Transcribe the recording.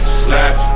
slap